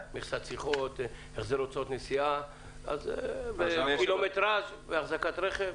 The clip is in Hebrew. מכסת שיחות, החזר הוצאות נסיעה, החזקת רכב.